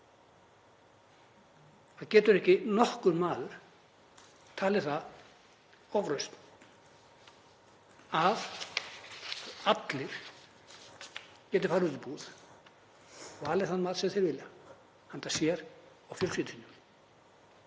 Það getur ekki nokkur maður talið það ofrausn að allir geti farið út í búð og valið þann mat sem þeir vilja handa sér og fjölskyldu